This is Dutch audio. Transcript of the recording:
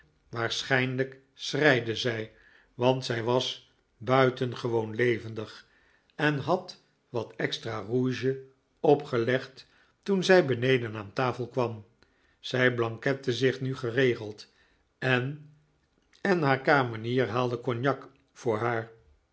waarschijnlijk schreide zij want zij was buitengewoon levendig en had wat extra rouge opgelegd toen zij beneden aan tafel kwam zij blankette zich nu geregeld en en haar kamenier haalde cognac voor haar